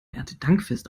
erntedankfest